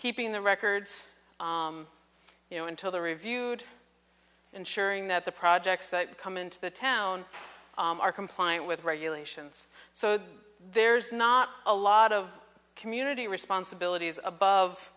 keeping the records you know until the reviewed ensuring that the projects that come into the town are compliant with regulations so that there's not a lot of community responsibilities above